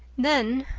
then,